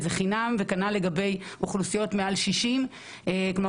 זה בחינם וכנ"ל לאוכלוסיות מעל גיל 60. כלומר,